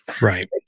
Right